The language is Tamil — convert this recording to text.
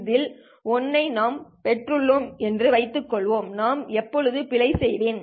இந்த 1 ஐ நான் பெற்றுள்ளேன் என்று வைத்துக்கொள்வோம் நான் எப்போது பிழை செய்வேன்